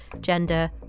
gender